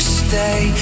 stay